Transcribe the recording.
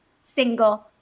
single